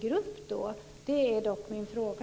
Det är min fråga.